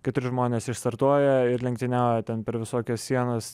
keturi žmonės išstartuoja ir lenktyniauja ten per visokias sienas